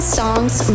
songs